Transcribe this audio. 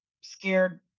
scared